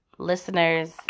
Listeners